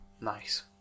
Nice